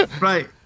Right